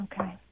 Okay